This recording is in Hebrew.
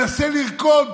מנסה לרקוד,